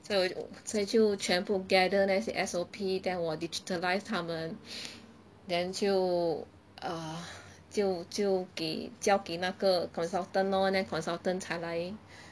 所以我就所以就全部 gather 那些 S_O_P then 我 digitalize 他们 then 就 err 就就给交给那个 consultant lor then consultant 才来